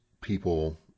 people